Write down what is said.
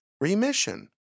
remission